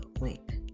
link